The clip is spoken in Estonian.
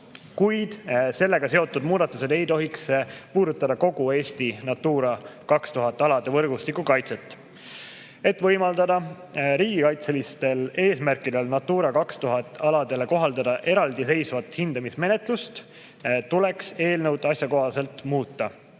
kuid sellega seotud muudatused ei tohiks puudutada kogu Eesti Natura 2000 alade võrgustiku kaitset. Et võimaldada riigikaitselistel eesmärkidel Natura 2000 aladele kohaldada eraldiseisvat hindamismenetlust, tuleks eelnõu asjakohaselt muuta.